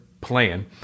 plan